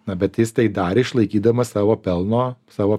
na bet jis tai darė išlaikydamas savo pelno savo